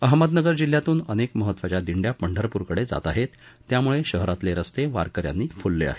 अहमदनगर जिल्ह्यातून अनेक महत्वाच्या दिंड्या पंढरप्रकडे जात आहेत त्यामुळे शहरातले रस्ते या वारकऱ्यांनी फ्लले आहेत